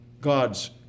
God's